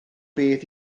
beth